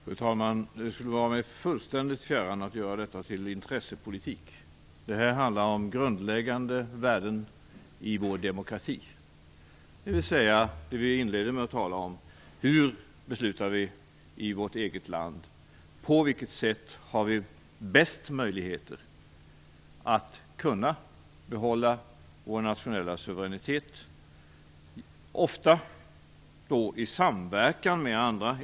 Fru talman! Det skulle vara mig fullständigt fjärran att göra intressepolitik av detta. Det handlar om grundläggande värden i vår demokrati. Vi inledde med att tala om hur vi beslutar i vårt eget land. På vilket sätt har vi bäst möjligheter att behålla vår nationella suveränitet, ofta i samverkan med andra?